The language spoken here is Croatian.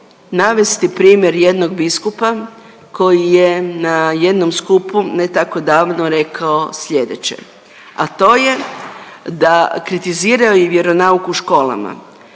navesti primjer jednog biskupa koji je na jednom skupu ne tako davno rekao slijedeće, a to je da, kritizirao je i vjeronauk u školama